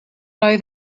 oedd